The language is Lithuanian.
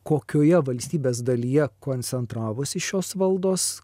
kokioje valstybės dalyje koncentravosi šios valdos